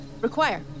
require